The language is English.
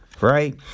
right